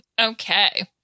Okay